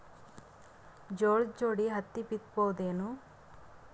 ಜೋಳದ ಜೋಡಿ ಹತ್ತಿ ಬಿತ್ತ ಬಹುದೇನು?